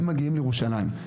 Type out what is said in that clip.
הם מגיעים לירושלים.